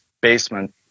Basement